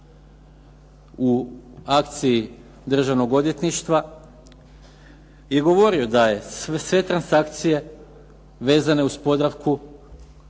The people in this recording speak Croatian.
u akciji državnog odvjetništva je govorio da je sve transakcije vezane uz Podravku